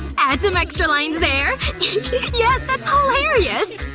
add some extra lines there yes! that's hilarious! oh!